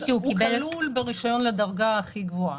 הוא כלול ברישיון לדרגה הכי גבוהה.